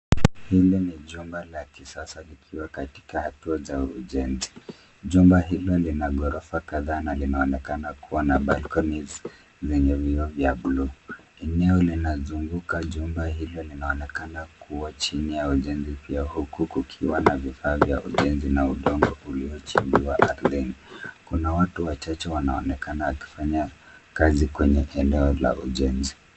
Hili ni jumba la kisasa likiwa katika hatua za ujenzi. Jumba hilo lina ghorofa kadhaa na linaonekana kuwa na balcony zenye vioo vya buluu. Eneo linazunguka jumba hilo linaonekana kuwa chini ya ujenzi pia huku kukiwa na vifaa vya ujenzi na udongo ulio chini wa ardhini. Kuna watu wachache wanaonekana wakifanya kazi kwenye eneo la ujenzi.